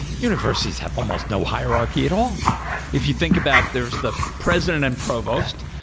universities have almost no hierarchy at all if you think about there's the president and provost,